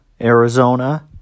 Arizona